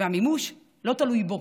והמימוש לא תלוי בו,